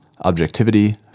objectivity